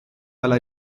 dalla